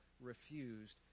refused